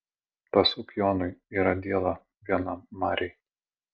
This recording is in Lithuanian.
pasuk jonui yra diela viena marėj